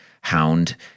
hound